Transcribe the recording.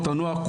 שתנועות הנוער,